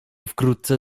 wkrótce